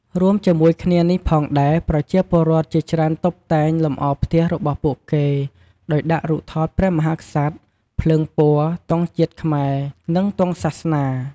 រួមជាមួយគ្នានេះផងដែរ ប្រជាពលរដ្ឋជាច្រើនតុបតែងលម្អផ្ទះរបស់ពួកគេដោយដាក់រូបថតព្រះមហាក្សត្រ ភ្លើងពណ៌ ទង់ជាតិខ្មែរ និងទង់សាសនា។